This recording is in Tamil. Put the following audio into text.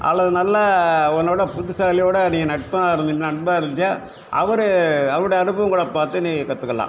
அல்லது நல்லா ஒன்னோடு புத்திசாலியோடு நீ நட்பாக இருந்தினால் அன்பாக இருந்தால் அவரு அவரோடைய அனுபவங்களை பார்த்து நீ கத்துக்கலாம்